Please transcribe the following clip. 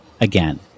again